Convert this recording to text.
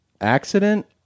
accident